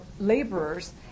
laborers